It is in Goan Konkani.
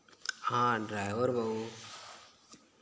हां ड्रायव्हर भाऊ